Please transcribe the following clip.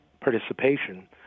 participation